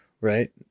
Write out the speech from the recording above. right